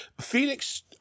phoenix